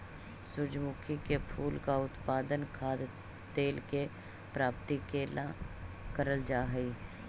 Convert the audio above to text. सूर्यमुखी के फूल का उत्पादन खाद्य तेल के प्राप्ति के ला करल जा हई